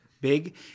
big